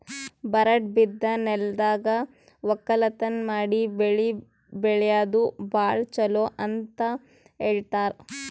ಬರಡ್ ಬಿದ್ದ ನೆಲ್ದಾಗ ವಕ್ಕಲತನ್ ಮಾಡಿ ಬೆಳಿ ಬೆಳ್ಯಾದು ಭಾಳ್ ಚೊಲೋ ಅಂತ ಹೇಳ್ತಾರ್